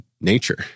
nature